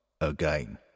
again